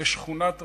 לשכונת רמות.